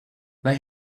they